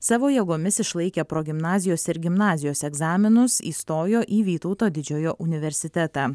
savo jėgomis išlaikė progimnazijos ir gimnazijos egzaminus įstojo į vytauto didžiojo universitetą